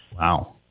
Wow